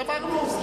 גמרנו.